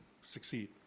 succeed